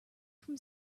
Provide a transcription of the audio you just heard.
from